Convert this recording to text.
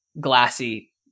glassy